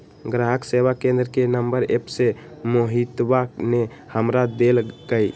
ग्राहक सेवा केंद्र के नंबर एप्प से मोहितवा ने हमरा देल कई